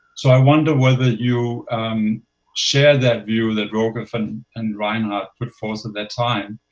so i wonder whether you share that view that rogoff and and reinhart put forth at that time.